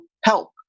help